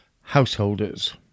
householders